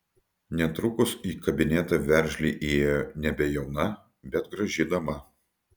netrukus į kabinetą veržliai įėjo nebejauna bet graži dama